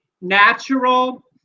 natural